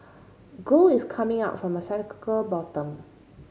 gold is coming up from a bottom